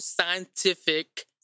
scientific